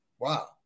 Wow